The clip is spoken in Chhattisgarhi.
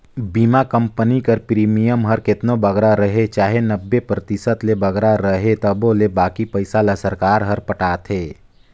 बीमा कंपनी कर प्रीमियम हर केतनो बगरा रहें चाहे नब्बे परतिसत ले बगरा रहे तबो ले बाकी पइसा ल सरकार हर पटाथे